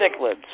cichlids